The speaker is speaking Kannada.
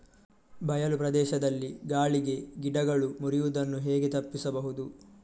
ಬಯಲು ಪ್ರದೇಶದಲ್ಲಿ ಗಾಳಿಗೆ ಗಿಡಗಳು ಮುರಿಯುದನ್ನು ಹೇಗೆ ತಪ್ಪಿಸಬಹುದು?